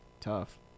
Tough